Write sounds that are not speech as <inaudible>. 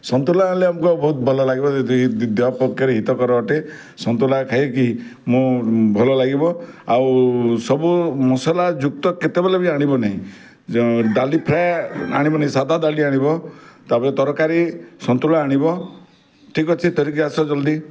ସନ୍ତୁଳା ଆଣିଲେ ଆମକୁ ବହୁତ୍ ଭଲ୍ ଲାଗିବ ଯଦି ଦେହ ପକ୍ଷରେ ହିତକର ଅଟେ ସନ୍ତୁଳା ଖାଇକି ମୁଁ ଭଲ ଲାଗିବ ଆଉ ସବୁ ମସଲା ଯୁକ୍ତ କେତେବେଳେ ବି ଆଣିବ ନି <unintelligible> ଡାଲି ଫ୍ରାଏ ଆଣିବ ନି ସାଧା ଡାଲି ଆଣିବ ତା'ପରେ ତରକାରୀ ସନ୍ତୁଳା ଆଣିବ ଠିକ୍ ଅଛି ଧରିକି ଆସ ଜଲ୍ଦି